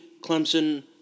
Clemson